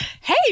Hey